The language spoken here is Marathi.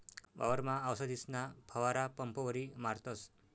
वावरमा आवसदीसना फवारा पंपवरी मारतस